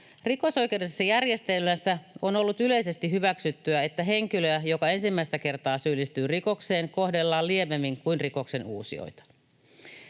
Rikosoikeudellisessa järjestelmässä on ollut yleisesti hyväksyttyä, että henkilöä, joka ensimmäistä kertaa syyllistyy rikokseen, kohdellaan lievemmin kuin rikoksenuusijoita.